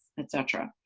et cetera.